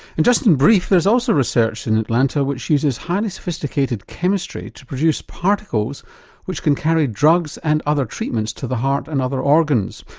and just in brief there's also research in atlanta which uses highly sophisticated chemistry to produce particles which can carry drugs and other treatments to the heart and other organs.